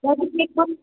ଜଲ୍ଦି ଚେକ୍ କର